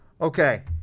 Okay